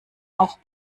auch